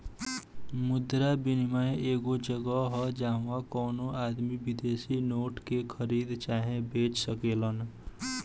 मुद्रा विनियम एगो जगह ह जाहवा कवनो आदमी विदेशी नोट के खरीद चाहे बेच सकेलेन